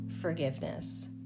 forgiveness